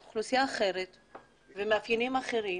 זו אוכלוסייה אחרת ומאפיינים אחרים.